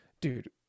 Dude